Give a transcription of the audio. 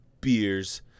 beers